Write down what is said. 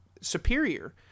superior